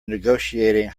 negotiating